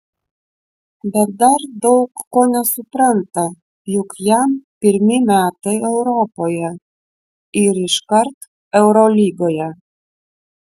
bet dar daug ko nesupranta juk jam pirmi metai europoje ir iškart eurolygoje